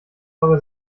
aber